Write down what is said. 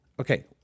Okay